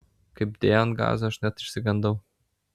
kaip dėjo ant gazo aš net išsigandau